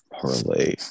parlay